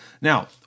Now